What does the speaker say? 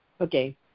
okay